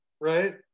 right